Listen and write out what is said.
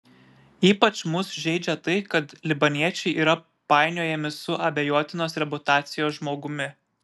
ypač mus žeidžia tai kad libaniečiai yra painiojami su abejotinos reputacijos žmogumi